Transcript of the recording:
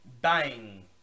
Bang